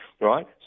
right